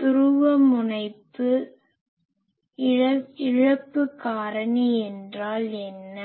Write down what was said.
துருவமுனைப்பு இழப்பு காரணி என்றால் என்ன